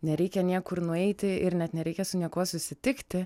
nereikia niekur nueiti ir net nereikia su niekuo susitikti